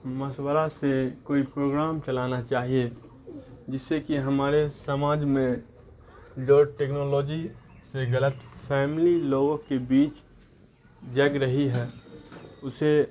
مشورہ سے کوئی پروگرام چلانا چاہیے جس سے کہ ہمارے سماج میں جو ٹیکنالوجی سے غلط فہمی لوگوں کے بیچ جگ رہی ہے اسے